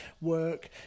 work